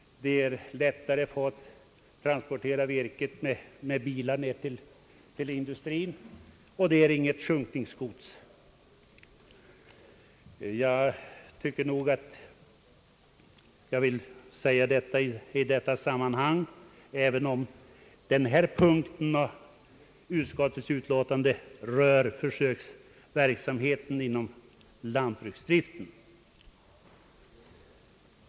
Det är lättare att med bilar transportera virket ned till industrin, och det ger inte något sjunkningsgods. Jag har velat framföra dessa synpunkter i detta sammanhang, även om denna punkt i utskottsutlåtandet rör försöksverksamheten och lantbruksdriften vid försöksstationerna.